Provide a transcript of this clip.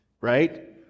right